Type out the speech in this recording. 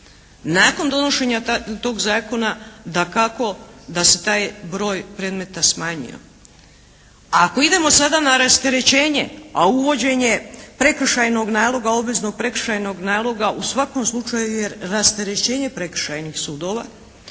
Nakon donošenja tog zakona dakako da se taj broj predmeta smanjio. A ako idemo sada na rasterećenje, a uvođenje prekršajnog naloga, obveznog prekršajnog naloga u svakom slučaju je rasterećenje prekršajnih sudova